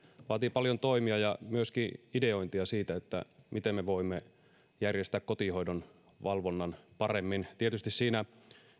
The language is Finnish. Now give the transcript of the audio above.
vaatii paljon toimia ja myöskin ideointia siitä miten me voimme järjestää kotihoidon valvonnan paremmin tietysti siinä